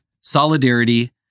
Solidarity